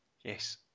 Yes